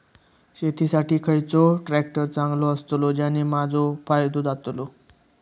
शेती साठी खयचो ट्रॅक्टर चांगलो अस्तलो ज्याने माजो फायदो जातलो?